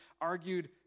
argued